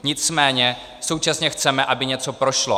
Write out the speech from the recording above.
Nicméně současně chceme, aby něco prošlo.